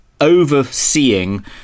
overseeing